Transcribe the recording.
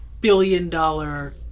billion-dollar